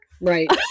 Right